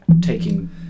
taking